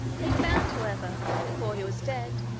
they found, however, before he was dead,